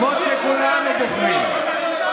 כמו שכולנו בוחרים.